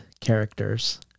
characters